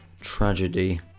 Tragedy